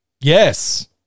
Yes